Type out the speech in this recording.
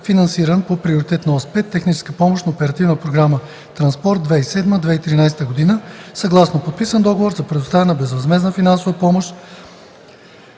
финансиран по Приоритетна ос 5 „Техническа помощ на Оперативна програма „Транспорт 2007 – 2013 г.” съгласно подписан Договор за предоставяне на безвъзмездна финансова помощ.